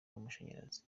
w’amashanyarazi